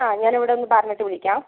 ആ ഞാനിവിടെയൊന്ന് പറഞ്ഞിട്ട് വിളിക്കാം